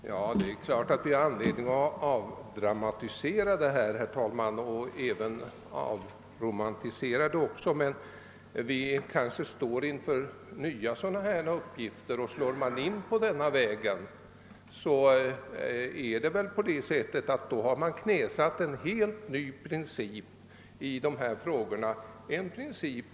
Herr talman! Det är klart att vi har anledning att avdramatisera och avromantisera detta. Men vi kanske står inför nya sådana här uppgifter, och slår man in på denna väg har man knäsatt en helt ny princip härvidlag.